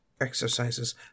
exercises